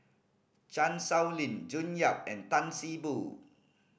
Chan Sow Lin June Yap and Tan See Boo